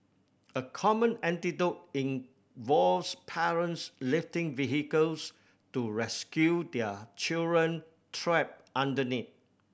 a common anecdote involves parents lifting vehicles to rescue their children trapped underneath